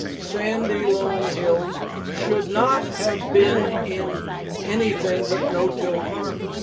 sandy loam hills sho uld not have been in anything but no-till farming.